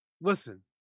Listen